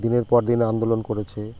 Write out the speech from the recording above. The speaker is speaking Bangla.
দিনের পর দিন আন্দোলন করেছে